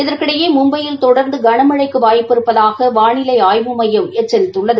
இதற்கிடையே மும்பையில் தொடர்ந்து களமழைக்கு வாய்ப்பு இருப்பதாக வானிலை ஆய்வு மையம் எச்சரித்துள்ளது